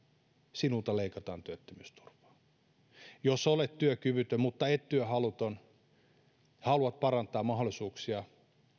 sinulta leikataan työttömyysturvaa jos olet työkyvytön mutta et työhaluton ja haluat parantaa mahdollisuuksia